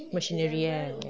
machinery ah like